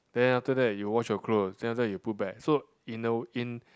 then after that you wash your clothes then after that you put back so in the in